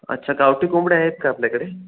अच्छा गावठी कोंबड्या आहेत का आपल्याकडे